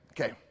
Okay